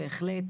בהחלט